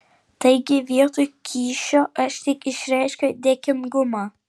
taigi vietoj kyšio aš tik išreikšiu dėkingumą